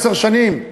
עשר שנים,